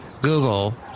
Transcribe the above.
Google